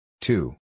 Two